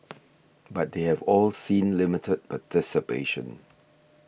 but they have all seen limited participation